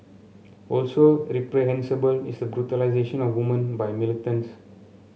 also reprehensible is the brutalisation of women by militants